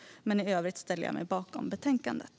I övrigt ställer jag mig bakom betänkandet.